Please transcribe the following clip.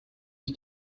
die